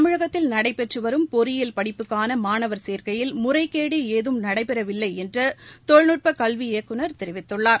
தமிழகத்தில் நடைபெற்று வரும் பொறியியல் படிப்புக்கான மாணவர் சேர்க்கையில் முறைகேடு எதுவும் நடைபெறவில்லை என்று தொழில்நுட்ப கல்வி இயக்குநர் தெரிவித்துள்ளார்